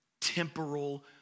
temporal